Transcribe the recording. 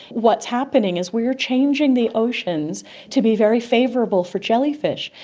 what's happening is we are changing the oceans to be very favourable for jellyfish,